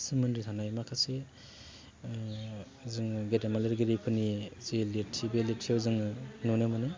सोमोन्दो थानाय माखासे जोङो गेदेमा लिरगिरिफोरनि जे लिरथि बे लिरथियाव जोङो नुनो मोनो